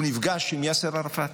הוא נפגש עם יאסר ערפאת.